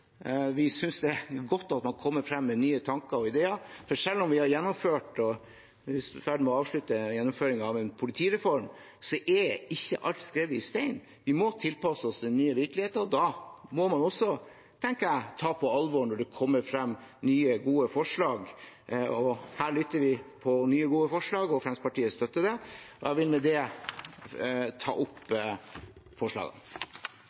Vi synes det er godt at man kommer frem med nye tanker og ideer, for selv om vi er i ferd med å avslutte gjennomføringen av en politireform, er ikke alt hogd i stein. Vi må tilpasse oss den nye virkeligheten, og da må man også, tenker jeg, ta på alvor når det kommer frem nye, gode forslag. Her lytter vi på nye, gode forslag, og Fremskrittspartiet støtter det. Jeg vil med det ta opp forslagene. Da har representanten Per-Willy Amundsen tatt opp de forslagene